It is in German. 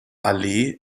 allee